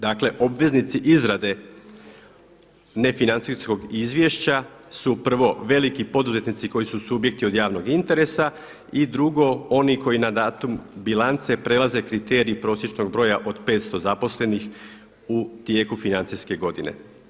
Dakle obveznici izrade ne financijskog izvješća su prvo veliki poduzetnici koji su subjekti od javnog interesa i drugo oni koji na datum bilance prelaze kriterij prosječnog broja od 500 zaposlenih u tijeku financijske godine.